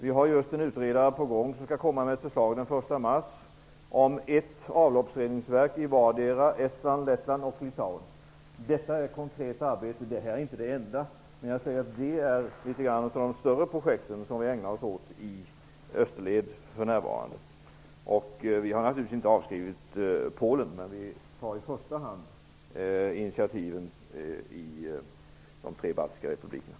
Vi har just en utredning på gång som skall komma med förslag den 1 mars om ett avloppsreningsverk i vartdera Estland, Lettland och Litauen. Detta är ett konkret arbete. Det är inte det enda, men det är ett av de större projekt som vi ägnar oss åt i österled för närvarande. Vi har naturligtvis inte avskrivit Polen, men vi tar i första hand initiativen i de tre baltiska republikerna.